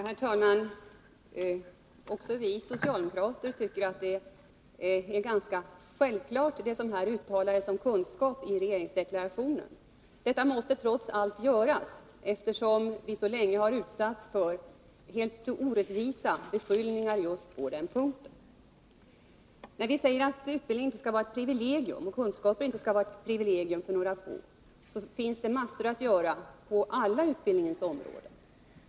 Herr talman! Också vi socialdemokrater tycker att det som uttalas om kunskaper i regeringsdeklarationen är något ganska självklart. Men detta uttalande måste trots allt göras, eftersom vi så länge har utsatts för helt orättvisa beskyllningar just på den punkten. När vi säger att utbildning och kunskaper inte skall vara ett privilegium för några få innebär det att det finns massor att göra på alla utbildningsområden.